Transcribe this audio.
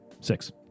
Six